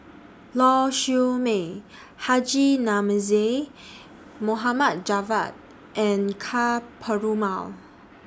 Lau Siew Mei Haji Namazie Mohamed Javad and Ka Perumal